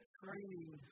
training